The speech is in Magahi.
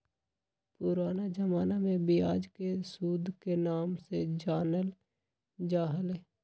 पुराना जमाना में ब्याज के सूद के नाम से जानल जा हलय